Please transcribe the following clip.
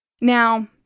Now